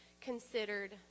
considered